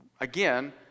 Again